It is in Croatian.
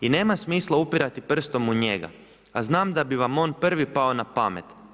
I nema smisla upirati prstom u njega a znam da bi vam on prvi pao na pamet.